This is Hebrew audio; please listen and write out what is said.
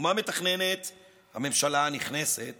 ומה מתכננת הממשלה הנכנסת